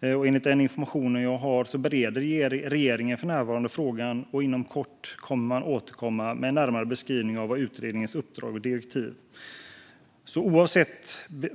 Enligt den information jag har bereder regeringen också för närvarande frågan och kommer inom kort att återkomma med en närmare beskrivning av utredningens uppdrag och direktiv.